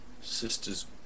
sister's